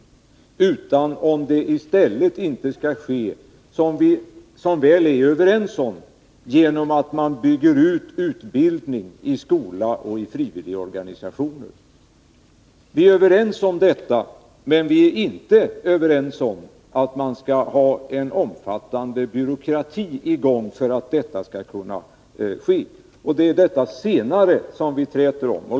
Huvudfrågan är om inte det arbetet i stället skall ske genom att man bygger ut utbildningen i skola och i frivilligorganisationer. Vi är som väl är överens om detta, men vi är inte överens om att man skall införa en omfattande byråkrati. Det är detta senare som vi träter om.